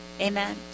Amen